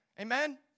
Amen